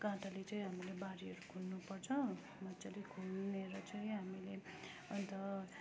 काँटाले चाहिँ हामीले बारीहरू खन्नुपर्छ मजाले खनेर चाहिँ हामीले अन्त